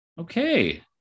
Okay